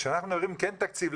כשאנחנו מדברים כן תקציב,